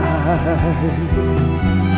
eyes